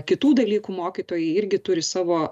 kitų dalykų mokytojai irgi turi savo